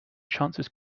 chances